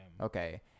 okay